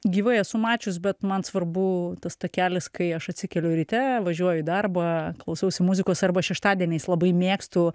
gyvai esu mačius bet man svarbu tas takelis kai aš atsikeliu ryte važiuoju į darbą klausausi muzikos arba šeštadieniais labai mėgstu